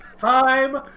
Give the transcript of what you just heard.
Time